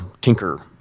Tinker